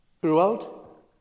Throughout